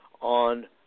on